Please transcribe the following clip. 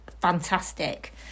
fantastic